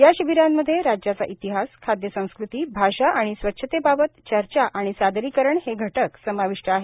या शिबीरांमध्ये राज्याचा इतिहास खाद्यसंस्कृती भाषा आणि स्वच्छते बाबत चर्चा आणि सादरीकरण हे घटक समाविष्ट आहेत